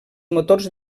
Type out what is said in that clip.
motors